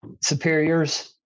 superiors